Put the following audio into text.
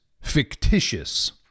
fictitious